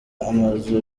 amazu